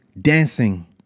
dancing